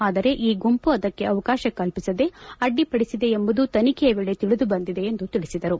ಆದರೆ ಈ ಗುಂಪು ಅದಕ್ಕೆ ಅವಕಾಶ ಕಲ್ಲಿಸದೆ ಅಡ್ಲಿಪಡಿಸಿದೆ ಎಂಬುದು ತನಿಖೆ ವೇಳೆ ತಿಳಿದುಬಂದಿದೆ ಎಂದು ತಿಳಿಸಿದರು